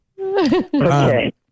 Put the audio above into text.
Okay